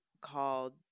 called